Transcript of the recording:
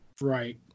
Right